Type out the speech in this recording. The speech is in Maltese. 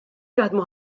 jaħdmu